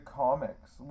comics